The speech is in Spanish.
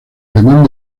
alemán